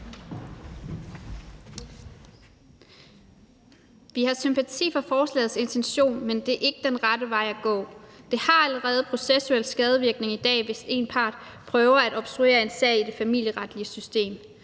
Vi har sympati for forslagets intention, men det er ikke den rette vej at gå. Det har allerede processuel skadevirkning i dag, hvis en part prøver at obstruere en sag i det familieretlige system.